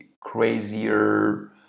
crazier